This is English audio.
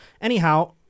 Anyhow